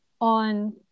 on